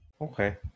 okay